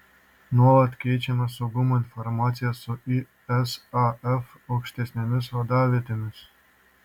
nuolat keičiamės saugumo informacija su isaf aukštesnėmis vadavietėmis